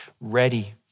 ready